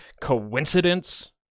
Coincidence